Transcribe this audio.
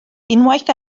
unwaith